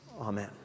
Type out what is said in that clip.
Amen